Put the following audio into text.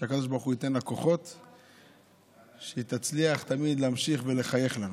שהקדוש ברוך הוא ייתן לה כוחות ושהיא תצליח תמיד להמשיך ולחייך אלינו.